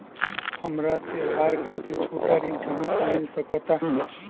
हमरा त्योहार खातिर छोट ऋण कहाँ से मिल सकता?